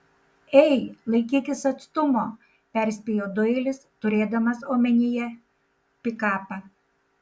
ei laikykis atstumo perspėjo doilis turėdamas omenyje pikapą